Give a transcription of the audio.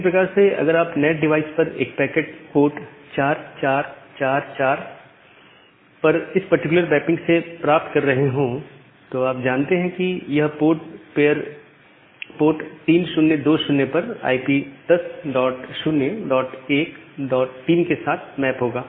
उसी प्रकार से अगर आप नैट डिवाइस पर एक पैकेट पोर्ट 4444 पर इस पर्टिकुलर मैपिंग से प्राप्त कर रहे हो तो आप जानते हैं कि यह पोर्ट पेयर पोर्ट 3020 पर आई पी 10013 के साथ मैप होगा